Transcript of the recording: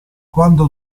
quando